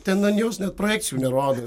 ten ant jos projekcijų nerodo